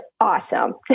awesome